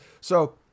So-